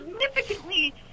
significantly